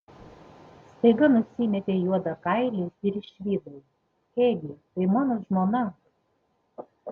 staiga nusimetė juodą kailį ir išvydau ėgi tai mano žmona